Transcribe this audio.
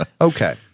Okay